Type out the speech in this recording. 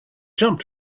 jump